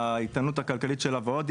האיתנות הכלכלית שלה, ועוד.